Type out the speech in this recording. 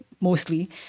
mostly